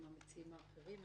וגם את המציעים האחרים.